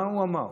מה הוא אמר,